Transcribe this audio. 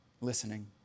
listening